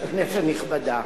כנסת נכבדה,